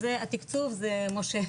התקצוב זה משה.